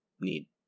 need